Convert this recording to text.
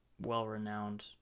well-renowned